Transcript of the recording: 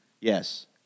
Yes